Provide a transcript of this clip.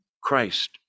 Christ